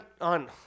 on